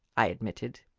i admitted.